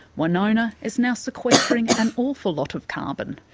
winona is now sequestering an awful lot of carbon.